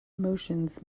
motions